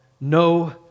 No